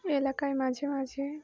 এলাকায় মাঝে মাঝে